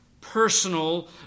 personal